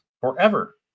forever